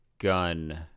gun